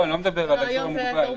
יותר מוגבל.